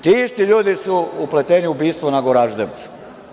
Ti isti ljudi su upleteni u ubistvo na Goraždevcu.